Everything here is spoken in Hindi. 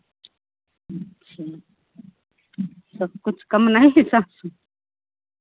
अच्छा सब कुछ कम नहीं है सात सौ